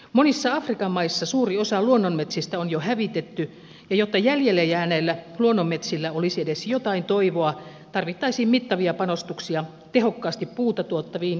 monissa afrikan maissa suuri osa luonnonmetsistä on jo hävitetty ja jotta jäljelle jääneillä luonnonmetsillä olisi edes jotain toivoa tarvittaisiin mittavia panostuksia tehokkaasti puuta tuottaviin istutusmetsiin